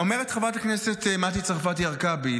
אומרת חברת הכנסת מטי צרפתי הרכבי,